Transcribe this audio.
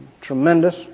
tremendous